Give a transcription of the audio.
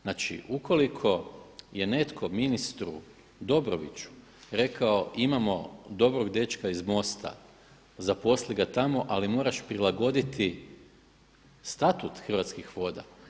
Znači, ukoliko je netko ministru Dobroviću rekao imamo dobrog dečka iz MOST-a, zaposli ga tamo, ali moraš prilagoditi Statut Hrvatskih voda.